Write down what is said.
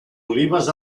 olives